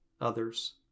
others